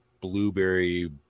Blueberry